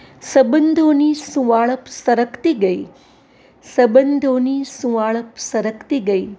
સબંધોની સુંવાળપ સરકતી ગઈ સબંધોની સુંવાળપ સરકતી ગઈ